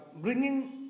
bringing